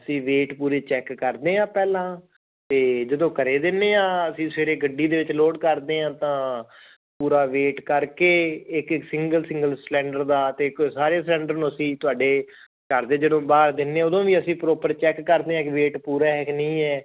ਅਸੀਂ ਵੇਟ ਪੂਰੇ ਚੈੱਕ ਕਰਦੇ ਹਾਂ ਪਹਿਲਾਂ ਤਾਂ ਜਦੋਂ ਘਰ ਦਿੰਦੇ ਹਾਂ ਅਸੀਂ ਸਵੇਰੇ ਗੱਡੀ ਦੇ ਵਿੱਚ ਲੋਡ ਕਰਦੇ ਹਾਂ ਤਾਂ ਪੂਰਾ ਵੇਟ ਕਰਕੇ ਇੱਕ ਸਿੰਗਲ ਸਿੰਗਲ ਸਲੈਂਡਰ ਦਾ ਅਤੇ ਸਾਰੇ ਸਿਲੰਡਰ ਨੂੰ ਅਸੀਂ ਤੁਹਾਡੇ ਘਰ ਦੇ ਜਦੋਂ ਬਾਹਰ ਦਿੰਦੇ ਉਦੋਂ ਵੀ ਅਸੀਂ ਪ੍ਰੋਪਰ ਚੈੱਕ ਕਰਦੇ ਹਾਂ ਕਿ ਵੇਟ ਪੂਰਾ ਕਿ ਨਹੀਂ ਹੈ